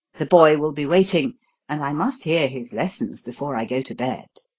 the boy will be waiting and i must hear his lessons before i go to bed.